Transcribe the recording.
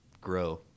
grow